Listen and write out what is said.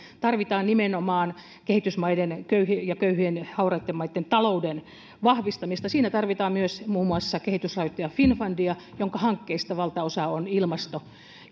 tarvitaan nimenomaan kehitysmaiden ja köyhien hauraitten maiden talouden vahvistamista siinä tarvitaan myös muun muassa kehitysrahoittaja finnfundia jonka hankkeista valtaosa on ilmasto